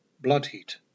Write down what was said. blood-heat